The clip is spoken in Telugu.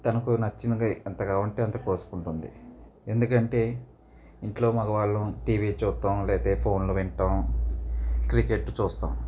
తనకు నచ్చినది ఎంత కావాలంటే అంత కోసుకుంటుంది ఎందుకంటే ఇంట్లో మగవాళ్ళం టీవీ చూస్తాం లేతే ఫోన్లు వింటాం క్రికెట్ చూస్తాం